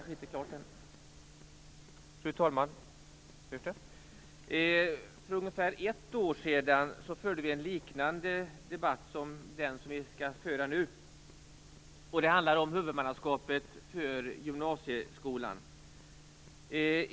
Fru talman! För ungefär ett år sedan förde vi en liknande debatt som den som vi skall föra nu. Det handlar om huvudmannaskapet för gymnasieskolan.